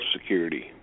Security